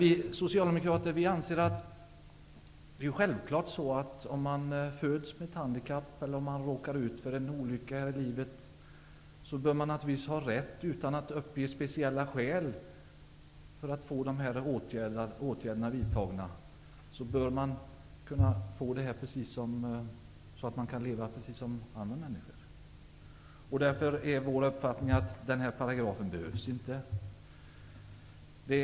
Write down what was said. Vi socialdemokrater anser att det är självklart att om man föds med ett handikapp eller råkar ut för en olycka här i livet, bör man naturligtvis ha rätt till dessa åtgärder utan att uppge speciella skäl. De handikappade skall kunna leva precis som andra människor. Därför är det vår uppfattning att den här paragrafen inte behövs.